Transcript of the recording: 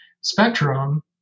spectrum